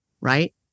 right